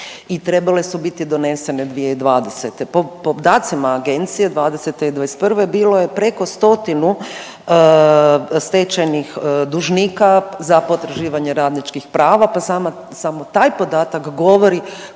trebale su biti donesene 2020. Po podacima Agencije, '20. i '21. bilo je preko stotinu stečajnih dužnika za potraživanje radničkih prava pa samo taj podatak govori